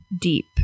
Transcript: deep